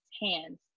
hands